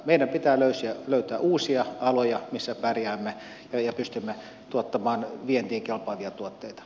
meidän pitää löytää uusia aloja missä pärjäämme ja pystymme tuottamaan vientiin kelpaavia tuotteita